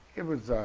it was